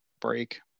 break